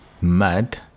mad